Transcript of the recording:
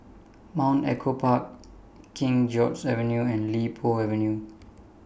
Mount Echo Park King George's Avenue and Li Po Avenue